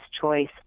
choice